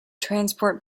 transport